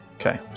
Okay